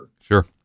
Sure